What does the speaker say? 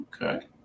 Okay